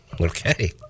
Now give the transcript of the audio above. okay